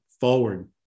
forward